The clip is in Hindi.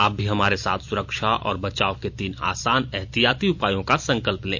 आप भी हमारे साथ सुरक्षा और बचाव के तीन आसान एहतियाती उपायों का संकल्प लें